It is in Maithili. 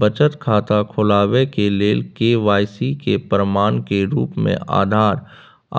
बचत खाता खोलाबय के लेल के.वाइ.सी के प्रमाण के रूप में आधार